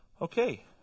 Okay